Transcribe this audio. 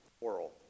oral